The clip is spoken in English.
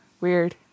Weird